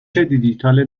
دیجیتال